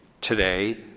today